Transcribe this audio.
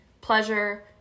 Pleasure